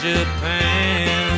Japan